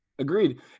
Agreed